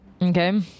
Okay